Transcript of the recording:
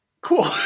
cool